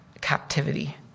captivity